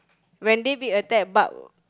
when they be attack but